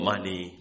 Money